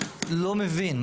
לא מבין,